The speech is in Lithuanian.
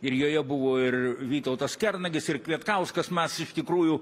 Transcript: ir joje buvo ir vytautas kernagis ir kvietkauskas mes iš tikrųjų